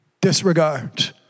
disregard